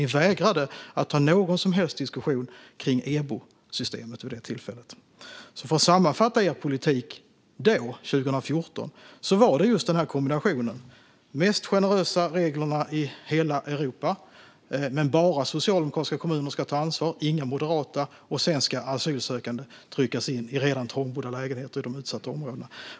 Ni vägrade att ta någon som helst diskussion om EBO-systemet vid det tillfället. För att sammanfatta er politik då, 2014: Det var denna kombination av de mest generösa reglerna i hela Europa men att bara socialdemokratiska kommuner ska ta ansvar, inga moderata, och att asylsökande sedan ska tryckas in i redan trångbodda lägenheter i de utsatta områdena.